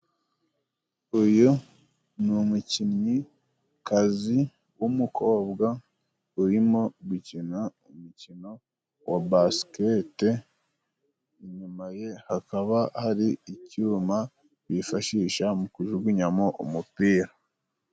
Uyu ni umukinnyikazi w'umukobwa urimo gukina umukino wa basikete inyuma ye hakaba hari icyuma bifashisha mu kujugunyamo umupira.